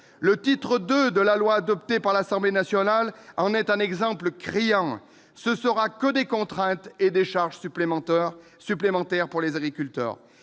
Le titre II du texte adopté par l'Assemblée nationale en est un exemple criant. Ce ne sera que des contraintes et des charges supplémentaires pour les agriculteurs